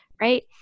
Right